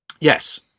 Yes